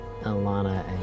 Alana